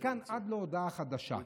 מכאן עד להודעה חדשה.